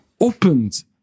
opened